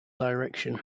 direction